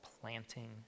planting